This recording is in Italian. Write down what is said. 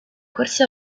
corsi